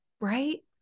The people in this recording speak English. Right